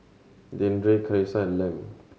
Deandre Karissa and Lem